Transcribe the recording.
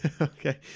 Okay